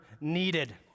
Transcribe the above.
needed